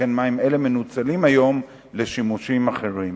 שכן מים אלה מנוצלים היום לשימושים אחרים.